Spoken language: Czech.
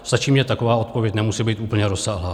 Stačí mně taková odpověď, nemusí být úplně rozsáhlá.